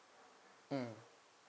mm